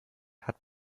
hat